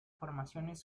formaciones